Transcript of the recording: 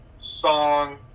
song